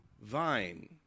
vine